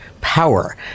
power